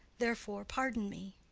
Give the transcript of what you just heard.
therefore pardon me,